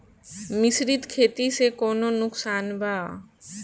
मिश्रित खेती से कौनो नुकसान वा?